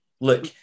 look